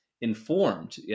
informed